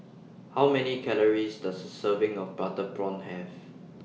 How Many Calories Does A Serving of Butter Prawn Have